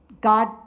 God